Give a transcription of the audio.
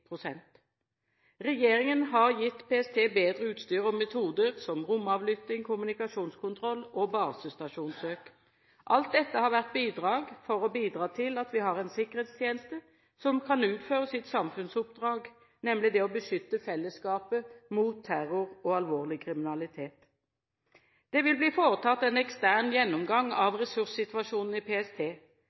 Regjeringen har gitt PST bedre utstyr og metoder, som romavlytting, kommunikasjonskontroll og basestasjonssøk. Alt dette har vært tiltak for å bidra til at vi har en sikkerhetstjeneste som kan utføre sitt samfunnsoppdrag, nemlig det å beskytte fellesskapet mot terror og alvorlig kriminalitet. Det vil bli foretatt en ekstern gjennomgang av ressurssituasjonen i PST,